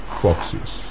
foxes